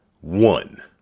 one